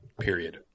Period